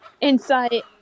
Insight